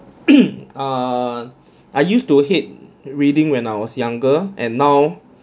err I used to hate reading when I was younger and now